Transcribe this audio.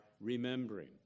remembering